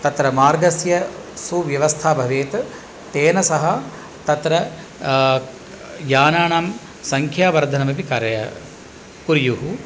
तत्र मार्गस्य सुव्यवस्था भवेत् तेन सह तत्र यानानां संख्यावर्धनमपि कुर्युः